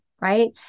right